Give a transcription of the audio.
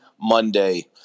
Monday